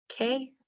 Okay